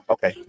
Okay